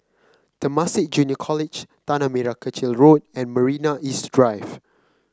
Temasek Junior College Tanah Merah Kechil Road and Marina East Drive